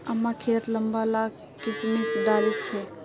अम्मा खिरत लंबा ला किशमिश डालिल छेक